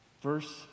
Verse